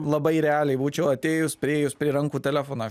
labai realiai būčiau atėjus priėjus prie rankų telefoną